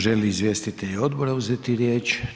Žele li izvjestitelji odbora uzeti riječ?